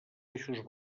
eixos